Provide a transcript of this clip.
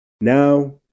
now